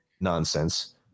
nonsense